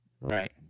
Right